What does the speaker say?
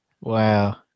wow